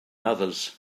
others